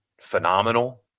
phenomenal